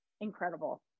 Incredible